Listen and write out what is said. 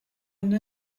une